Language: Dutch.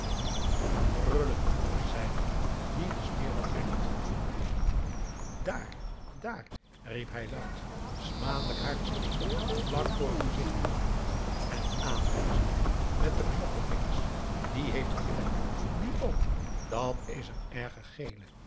zijn het die de smeerlap brengt dààr dààr riep hij luid smadelijk haar de steenen vlak voor het gezicht houdend en aanwijzend met de knokkelvingers die heeft een vlek die ook dat is een erge gele